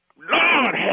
Lord